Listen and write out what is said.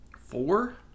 Four